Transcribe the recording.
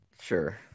Sure